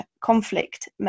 conflict